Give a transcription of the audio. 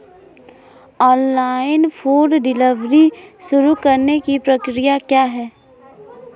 Online food delivery शुरू करने की प्रक्रिया क्या है?